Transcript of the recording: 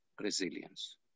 resilience